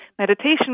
meditation